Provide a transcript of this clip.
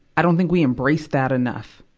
i don't think we embrace that enough,